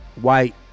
White